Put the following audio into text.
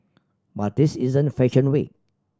but this isn't fashion week